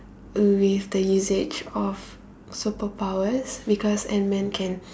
waste the usage of superpowers because ant man can